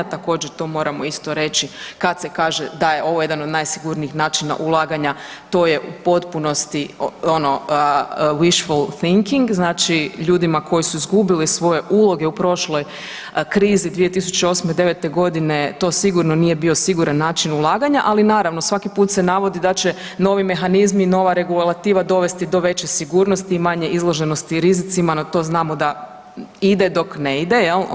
Također to moramo isto reći kad se kaže da ovo jedan od najsigurnijih načina ulaganja to je u potpunosti ono … [[Govornik se ne razumije]] znači ljudima koji su izgubili svoje uloge u prošloj krizi 2008.-'09.g. to sigurno nije bio siguran način ulaganja, ali naravno svaki put se navodi da će novi mehanizmi i nova regulativa dovesti do veće sigurnosti i manje izloženosti rizicima, no to znamo da ide dok ne ide jel.